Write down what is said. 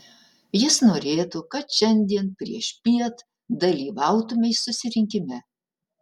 jis norėtų kad šiandien priešpiet dalyvautumei susirinkime